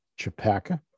Chapaca